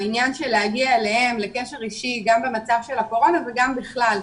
העניין של להגיע אליהן לקשר אישי גם במצב של הקורונה וגם בכלל.